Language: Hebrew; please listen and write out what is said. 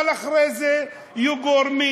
אבל אחרי זה יהיו גורמים